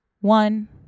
one